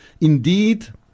indeed